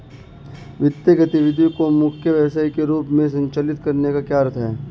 वित्तीय गतिविधि को मुख्य व्यवसाय के रूप में संचालित करने का क्या अर्थ है?